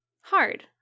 hard